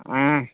ஆ